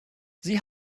sie